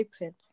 open